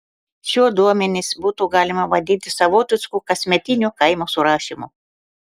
šiuo duomenis būtų galima vadinti savotišku kasmetiniu kaimo surašymu